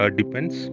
depends